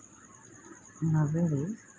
now a days